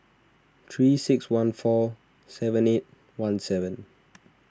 three six one four seven eight one seven